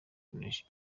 kunesha